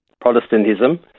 Protestantism